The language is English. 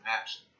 action